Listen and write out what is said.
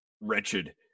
wretched